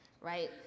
right